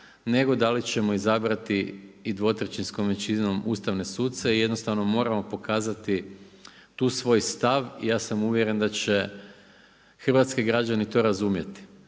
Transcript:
nego da li ćemo izabrati i dvotrećinskom većinom ustavne suce i jednostavno moramo pokazati tu svoj stav. I ja sam uvjeren da će hrvatski građani to razumjeti.